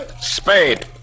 Spade